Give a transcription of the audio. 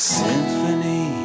symphony